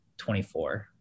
24